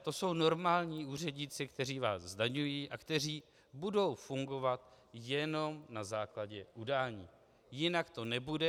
To jsou normální úředníci, kteří vás zdaňují a kteří budou fungovat jenom na základě udání, jinak to nebude.